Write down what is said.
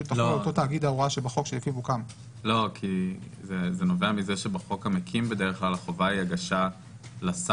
כי יחול זה לכל העניינים שמדובר פה.